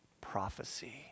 prophecy